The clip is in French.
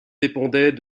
dépendait